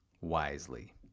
wisely